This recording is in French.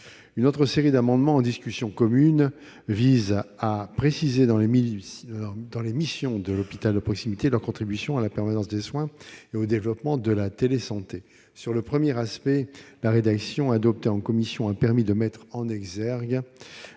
Une série d'amendements vise à préciser dans les missions de l'hôpital de proximité leur contribution à la permanence des soins et au développement de la télésanté. Sur le premier aspect, la rédaction adoptée en commission a permis de mettre en exergue